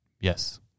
Yes